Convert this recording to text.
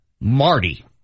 Marty